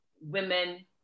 women